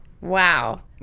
Wow